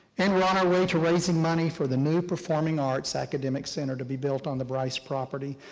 and we're on our way to raising money for the new performing arts academic center to be built on the bryce property.